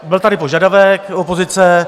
Byl tady požadavek opozice.